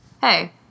Hey